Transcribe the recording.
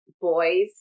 boys